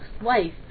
wife